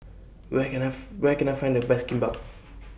Where Can I Where Can I Find The Best Kimbap